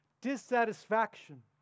Dissatisfaction